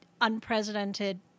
unprecedented